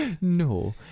No